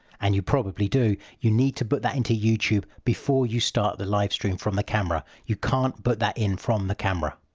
and you probably do, you need to put that into youtube before you start the live stream from the camera. you can't put but that in from the camera.